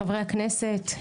חברי הכנסת,